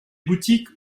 boutiques